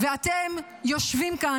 ואתם יושבים כאן,